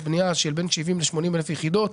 הבנייה שבין 70,000 ל-80,000 יחידות,